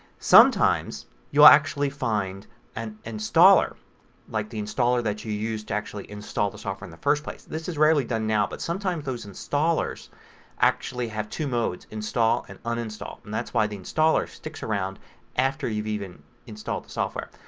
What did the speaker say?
sometimes you will actually find an installer like the installer that you actually used to install the software in the first place. this is rarely done now but sometimes those installers actually have two modes, install and uninstall. and that's why the installer sticks around after you've even installed the software.